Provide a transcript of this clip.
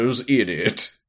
idiot